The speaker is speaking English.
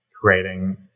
creating